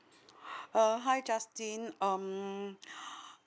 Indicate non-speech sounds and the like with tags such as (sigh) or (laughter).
(breath) uh hi justin um (breath)